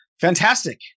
Fantastic